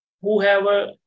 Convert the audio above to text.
whoever